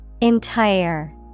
Entire